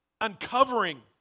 uncovering